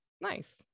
Nice